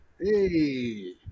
Hey